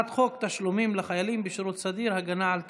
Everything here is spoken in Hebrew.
תשלומים לחיילים בשירות סדיר (הגנה על תשלומים)